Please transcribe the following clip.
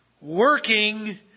working